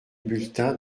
bulletin